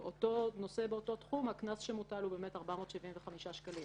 באותו נושא, עולה שהקנס שמוטל הוא 475 שקלים.